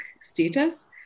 status